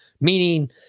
meaning